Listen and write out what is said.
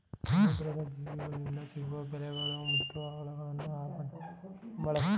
ಸಮುದ್ರದ ಜೀವಿಗಳಿಂದ ಸಿಗುವ ಬೆಲೆಬಾಳುವ ಮುತ್ತು, ಹವಳಗಳನ್ನು ಆಭರಣವಾಗಿ ಬಳ್ಸತ್ತರೆ